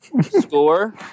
Score